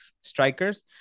strikers